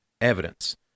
evidence